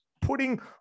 putting